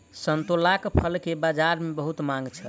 संतोलाक फल के बजार में बहुत मांग छल